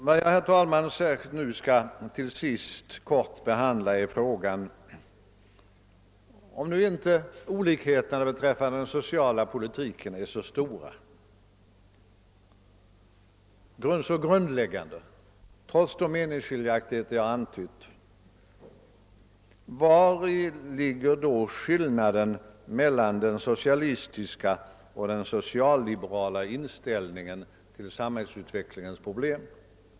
Vad jag nu till sist särskilt skall tala om är följande fråga: Om nu inte olikheterna beträffande den sociala politiken är så stora, så grundläggande, trots de meningsskiljaktigheter jag har antytt, vari ligger då skillnaden mellan den socialistiska och den socialliberala inställningen till samhällsutvecklingens problem?